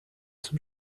zum